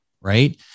right